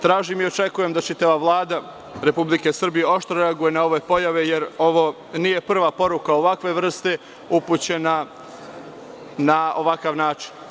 Tražim i očekujem da će Vlada Republike Srbije oštro reagovati na ove pojave, jer ovo nije prva poruka ovakve vrste upućena na ovakav način.